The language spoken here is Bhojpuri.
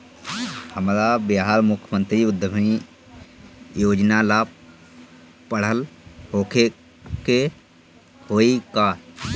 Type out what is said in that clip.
हमरा बिहार मुख्यमंत्री उद्यमी योजना ला पढ़ल होखे के होई का?